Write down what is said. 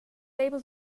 able